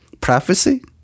prophecy